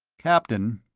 captain,